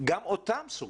גם אותם סוגרים,